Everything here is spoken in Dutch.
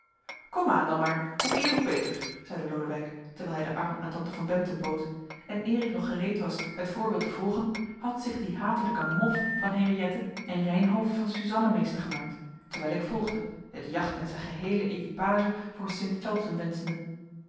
komaan dan maar hoe eer hoe beter zeide lodewijk terwijl hij den arm aan tante van bempden bood en eer ik nog gereed was het voorbeeld te volgen had zich die hatelijke mof van henriëtte en reynhove van suzanna meester gemaakt terwijl ik volgde het jacht en zijn geheele equipage voor